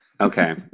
okay